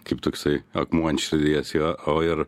kaip toksai akmuo ant širdies jo o ir